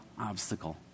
obstacle